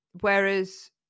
whereas